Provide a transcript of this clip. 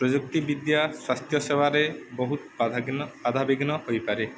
ପ୍ରଯୁକ୍ତି ବିଦ୍ୟା ସ୍ୱାସ୍ଥ୍ୟ ସେବାରେ ବହୁତ ବାଧା ବାଧାବିଘ୍ନ ହୋଇପାରେ